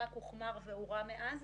רק הוחמר והורע מאז.